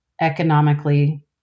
economically